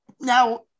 now